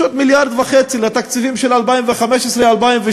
פשוט מיליארד וחצי לתקציבים של 2015 2016,